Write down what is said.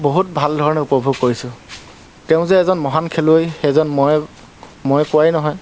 বহুত ভাল ধৰণে উপভোগ কৰিছোঁ তেওঁ যে এজন মহান খেলুৱৈ সেইজন মই মই কোৱাই নহয়